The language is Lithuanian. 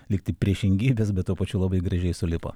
lygtai priešingybės bet tuo pačiu labai gražiai sulipo